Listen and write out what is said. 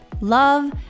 love